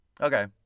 Okay